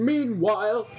Meanwhile